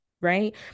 right